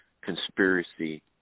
conspiracy